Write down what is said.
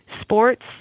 sports